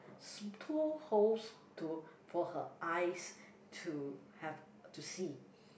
two holes to for her eyes to have to see